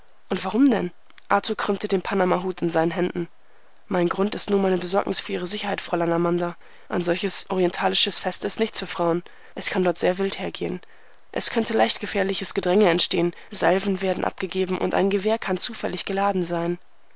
und warum denn arthur krümmte den panamahut in seinen händen mein grund ist nur meine besorgnis für ihre sicherheit fräulein amanda ein solches orientalisches fest ist nichts für frauen es kann dort sehr wild hergehen es könnte leicht gefährliches gedränge entstehen salven werden abgegeben und ein gewehr kann zufällig geladen sein